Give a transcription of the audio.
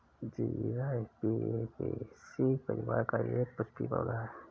जीरा ऍपियेशी परिवार का एक पुष्पीय पौधा है